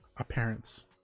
appearance